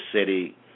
city